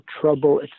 trouble